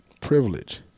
privilege